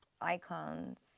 icons